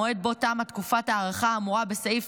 המועד שבו תמה תקופת ההארכה האמורה בסעיף